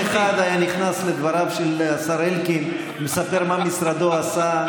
כל אחד היה נכנס לדבריו של השר אלקין ומספר מה משרדו עשה,